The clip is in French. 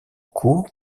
cour